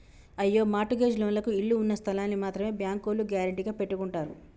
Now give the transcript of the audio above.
అయ్యో mortgage లోన్లకు ఇళ్ళు ఉన్నస్థలాల్ని మాత్రమే బ్యాంకోల్లు గ్యారెంటీగా పెట్టుకుంటారు